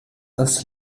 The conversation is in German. als